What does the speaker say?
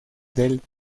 del